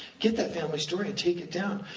get that family story and take it down.